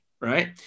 right